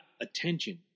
attention